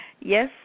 Yes